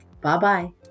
Bye-bye